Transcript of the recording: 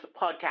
podcast